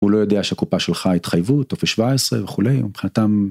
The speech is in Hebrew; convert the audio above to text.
הוא לא יודע שקופה שלך התחייבות, טופס 17, וכולי. מבחינתם,